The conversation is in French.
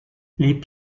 les